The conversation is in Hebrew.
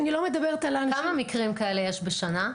אני לא מדברת על האנשים --- כמה מקרים כאלה יש בשנה?